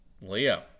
Leo